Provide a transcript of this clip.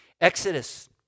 Exodus